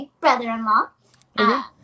brother-in-law